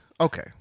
Okay